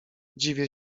dziwię